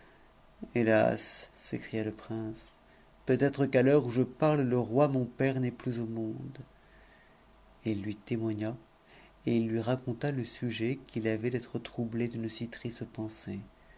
hélas s'écria le prince peut-être qu'à l'heure où je parle le roi mon përc n'est plus au monde a et il lui raconta le sujet qu'il avait d'être troublé d'une si triste pensée